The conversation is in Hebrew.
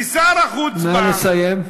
ושר החוץ בא, נא לסיים.